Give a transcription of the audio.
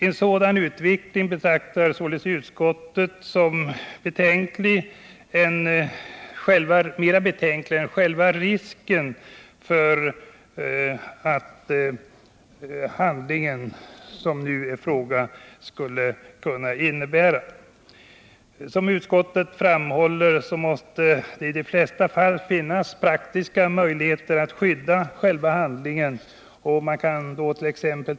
En sådan utveckling betraktar utskottet som mer betänklig än själva risken för handlingen. Som utskottet framhåller måste det finnas praktiska möjligheter att skydda handlingen. Man kant.ex.